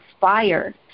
fire